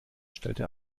stellte